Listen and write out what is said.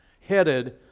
headed